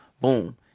boom